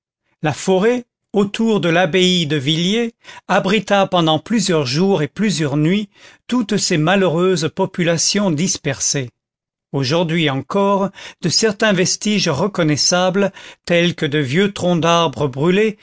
la forêt autour de l'abbaye de villers abrita pendant plusieurs jours et plusieurs nuits toutes ces malheureuses populations dispersées aujourd'hui encore de certains vestiges reconnaissables tels que de vieux troncs d'arbres brûlés